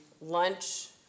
lunch